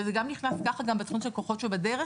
וזה גם נכנס תחת התחום של "הכוחות שבדרך",